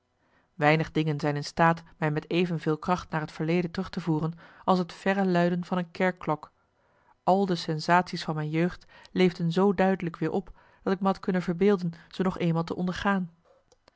weinig dingen zijn in staat mij met even veel kracht naar het verleden terug te voeren als het verre luiden van een kerkklok al de sensatie's van mijn jeugd leefden zoo duidelijk weer op dat ik me had kunnen verbeelden ze nog eenmaal te ondergaan